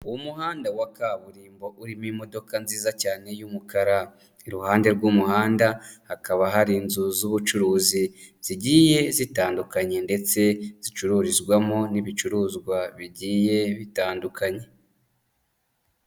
Umuhanda wa kaburimbo urimo imodoka nziza cyane y'umukara, iruhande rw'umuhanda hakaba hari inzu z'ubucuruzi zigiye zitandukanye ndetse zicururizwamo n'ibicuruzwa bigiye bitandukanye.